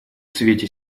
свете